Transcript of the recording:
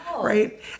Right